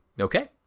okay